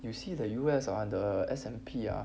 you see the U_S ah S_N_P ah